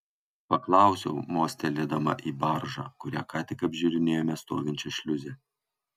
paklausiau mostelėdama į baržą kurią ką tik apžiūrinėjome stovinčią šliuze